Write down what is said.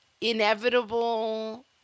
inevitable